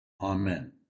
Amen